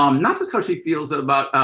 um not just how she feels about,